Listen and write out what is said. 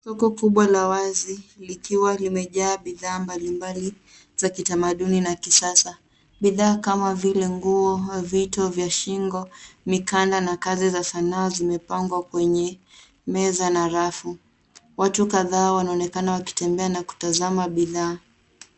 Soko kubwa la wazi likiwa limejaa bidhaa mbalimbali za kitamaduni na kisasa. Bidhaa kama vile nguo, vito vya shingoni, mikanda na kazi za sanaa zimepangwa kwenye meza na rafu. Watu kadhaa wanaonekana wakitembea na kutazama bidhaa.